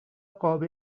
قاب